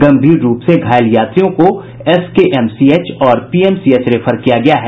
गंभीर रूप से घायल यात्रियों को एसकेएमसीएच और पीएमसीएच रेफर किया गया है